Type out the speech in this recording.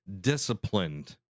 disciplined